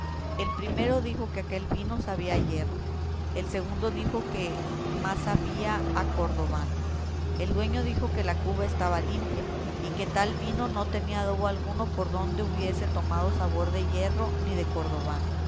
el primero dijo que aquel vino sabía a hierro el segundo dijo que más sabía a cordobán el dueño dijo que la cuba estaba limpia y que el tal vino no tenía adobo alguno por donde hubiese tomado sabor de hierro ni de cordobán